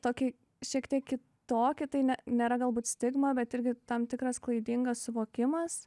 tokį šiek tiek kitokį tai ne nėra galbūt stigma bet irgi tam tikras klaidingas suvokimas